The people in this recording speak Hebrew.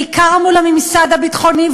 בעיקר מול הממסד הביטחוני,